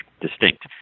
distinct